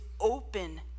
open